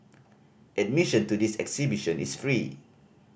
admission to this exhibition is free